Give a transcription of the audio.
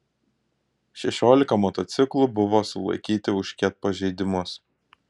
šešiolika motociklų buvo sulaikyti už ket pažeidimus